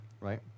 Right